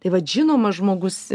tai vat žinomas žmogus